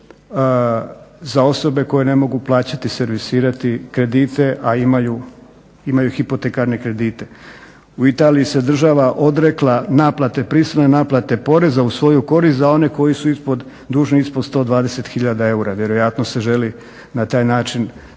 za osobe koje ne mogu plaćati, servisirati kredite a imaju hipotekarne kredite. U Italiji se država odrekla naplate, prisilne naplate poreza u svoju korist za one koji su ispod, dužni ispod 120 hiljada eura. Vjerojatno se želi na taj način dati